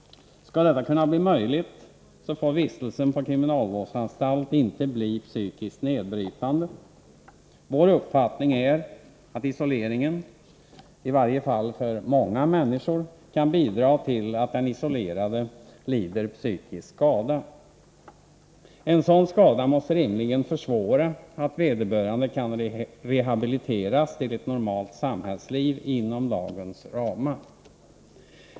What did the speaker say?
Skall detta kunna bli möjligt, får vistelsen på kriminalvårdsanstalt inte bli psykiskt nedbrytande. Vår uppfattning är att isolering, i varje fall för många människor, kan bidra till att den isolerade lider psykisk skada. En sådan skada måste rimligen försvåra vederbörandes rehabilitering till ett normalt samhällsliv inom lagens ramar.